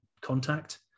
contact